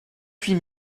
huit